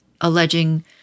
alleging